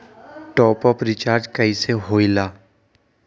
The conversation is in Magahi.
टाँप अप रिचार्ज कइसे होएला?